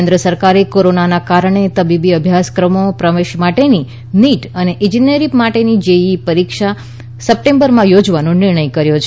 કેન્દ્ર સરકારે કોરોનાને કારણે તબીબી અભ્યાસક્રમોમાં પ્રવેશ માટેની નીટ અને ઇજનેરી માટેની જેઇઇ પરીક્ષા સપ્ટેમ્બરમાં યોજવાનો નિર્ણય કર્યો છે